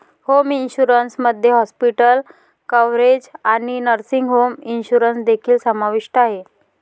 home insurance मध्ये hospital coverage आणि nursing home insurance देखील समाविष्ट आहे